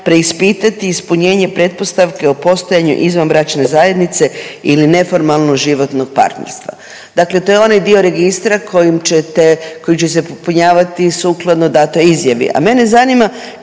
preispitati ispunjenje pretpostavke o postojanju izvanbračne zajednice ili neformalnog životnog partnerstva. Dakle to je onaj dio registra kojim ćete, koji će se popunjavati sukladno datoj izjavi.